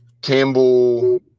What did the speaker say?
Campbell